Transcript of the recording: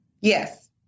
Yes